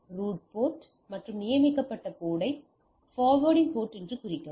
இப்போது root port மற்றும் நியமிக்கப்பட்ட போர்ட்டை ஃபார்வர்டிங் போர்ட்டாக குறிக்கவும்